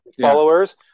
followers